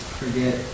forget